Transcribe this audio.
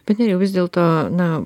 bet vis dėlto na